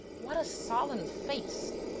what a solemn face!